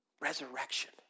Resurrection